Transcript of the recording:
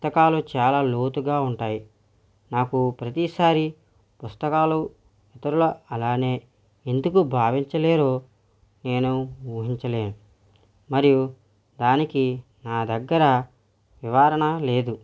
పుస్తకాలు చాలా లోతుగా ఉంటాయి నాకు ప్రతీసారి పుస్తకాలు తుల్లా అలానే ఎందుకు భావించలేరో నేను ఉహించలేను మరియు దానికి నా దగ్గర నివారణ లేదు